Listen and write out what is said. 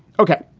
ok,